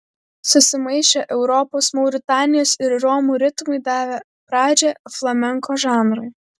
susimaišę europos mauritanijos ir romų ritmai davė pradžią flamenko žanrui